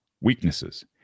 Weaknesses